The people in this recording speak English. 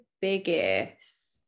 biggest